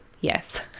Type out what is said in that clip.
Yes